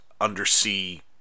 undersea